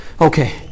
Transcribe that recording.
okay